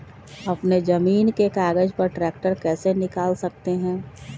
अपने जमीन के कागज पर ट्रैक्टर कैसे निकाल सकते है?